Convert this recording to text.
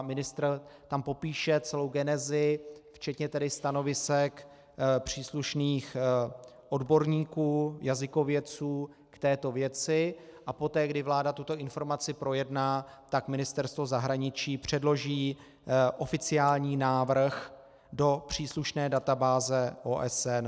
Ministr tam popíše celou genezi včetně stanovisek příslušných odborníků, jazykovědců k této věci a poté, kdy vláda tuto informaci projedná, tak Ministerstvo zahraničí předloží oficiální návrh do příslušné databáze OSN.